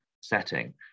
setting